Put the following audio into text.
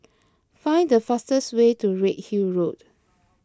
find the fastest way to Redhill Road